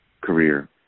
career